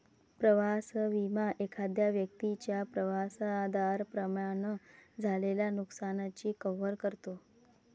प्रवास विमा एखाद्या व्यक्तीच्या प्रवासादरम्यान झालेल्या नुकसानाची कव्हर करतो